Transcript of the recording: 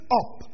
up